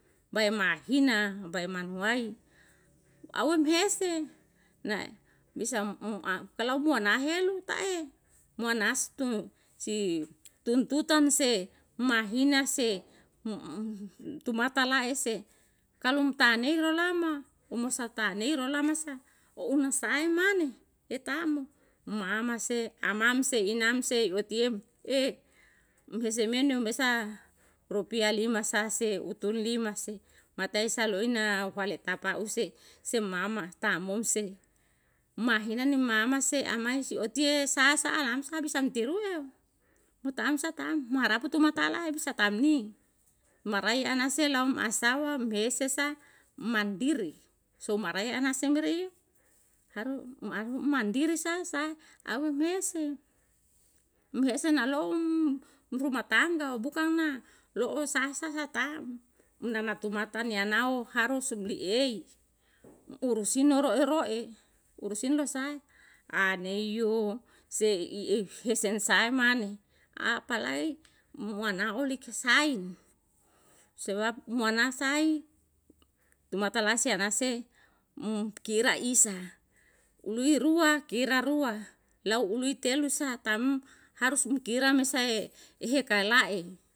Bae mahina bae manuai aumhese na bisa ma um a kalau mua nahelu uta e, mua nastu si tuntutan se mahina se tu mata la ese kalum tani ralamo umusatani rolamasa unasaemane etamo mamase, amamse, inamse, uteam e. Mesemenum besa rupia lima sase, utulima se, mataisaloina uhuwale tapause semama tamumse mahina ne mamase amaise utie sasa lamsa bisa teruya tamsa taam marapatu matala bisa tamni marainase law masawa besesa mandiri somarea nasamberi haru arum mandiri sa sa au mese. Mese nalom rumah tangga o bukan roosa sataem. Namatumata nia nao harus sumliei urusin noru eroe urusin losae. Aneiyuw seii ih hesen saimani apalae muanaulika sain sebab monasai tumatalasea nase mukira isa lui rua kira rua lau ulu telu sa tam harus um kira mesae heka lae.